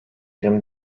yirmi